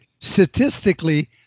statistically